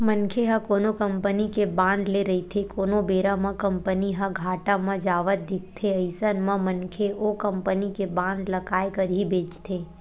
मनखे ह कोनो कंपनी के बांड ले रहिथे कोनो बेरा म कंपनी ह घाटा म जावत दिखथे अइसन म मनखे ओ कंपनी के बांड ल काय करही बेंचथे